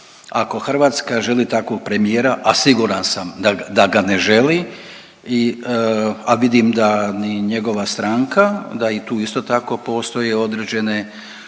Ako Hrvatska želi takvog premijera, a siguran sam da ga ne želi, i, a vidim da ni njegova stranka, da i tu isto tako postoje određene,